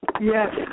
Yes